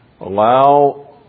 allow